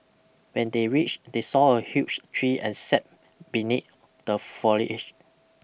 when they reached they saw a huge tree and sat beneath the foliage